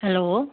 hello